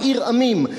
"עיר עמים",